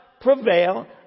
prevail